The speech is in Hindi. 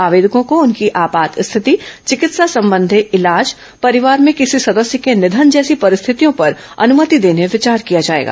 आवेदकों को उनकी आपात स्थिति चिकित्सा संबंधी इलाज परिवार में किसी सदस्य के निधन जैसी परिस्थितियों पर अनुमति देने विचार किया जाएगा